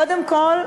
קודם כול,